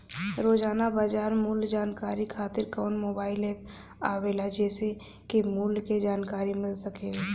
रोजाना बाजार मूल्य जानकारी खातीर कवन मोबाइल ऐप आवेला जेसे के मूल्य क जानकारी मिल सके?